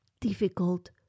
difficult